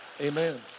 Amen